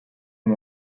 uyu